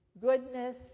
goodness